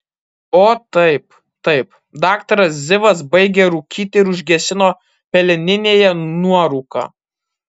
o taip taip daktaras zivas baigė rūkyti ir užgesino peleninėje nuorūką